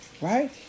right